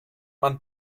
man